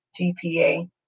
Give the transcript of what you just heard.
GPA